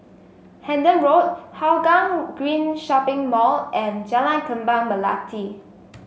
Hendon Road Hougang Green Shopping Mall and Jalan Kembang Melati